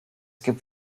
gibt